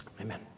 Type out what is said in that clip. Amen